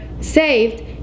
saved